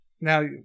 now